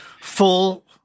full